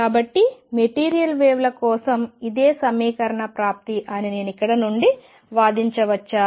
కాబట్టి మెటీరియల్ వేవ్ల కోసం ఇదే సమీకరణ ప్రాప్తి అని నేను ఇక్కడ నుండి వాదించవచ్చా